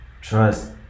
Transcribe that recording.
Trust